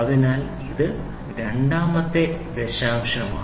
അതിനാൽ ഇത് രണ്ടാമത്തെ ദശാംശമാണ്